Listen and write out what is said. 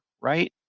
right